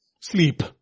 Sleep